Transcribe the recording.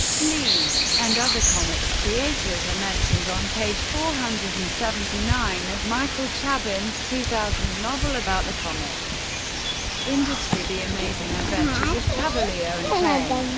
lee and other comics creators are mentioned on page four hundred and seventy nine of michael chabon's two thousand novel about the comics industry the amazing adventures of kavalier and clay.